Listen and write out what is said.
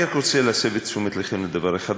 אני רק רוצה להסב את תשומת לבכם לדבר אחד,